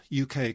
UK